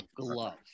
glove